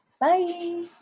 Bye